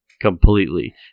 completely